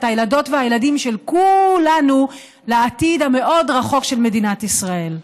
את הילדות והילדים של כולנו לעתיד המאוד-רחוק של מדינת ישראל.